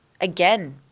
again